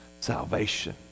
salvation